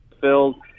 filled